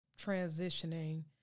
transitioning